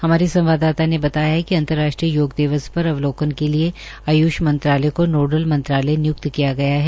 हमारे संवाददाता ने बताया है कि अंतर्राष्ट्रीय योग दिवस पर अवलोकन के लिए आयूष मंत्रालय को नोडल मंत्रालय नियुक्त किया गया है